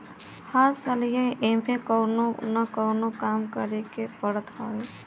हर सलिए एमे कवनो न कवनो काम करे के पड़त हवे